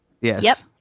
Yes